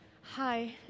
hi